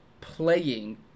playing